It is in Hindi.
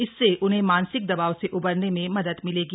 इससे उन्हें मानसिक दबाव से उबरने में मदद मिलेगी